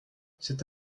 c’est